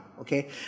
okay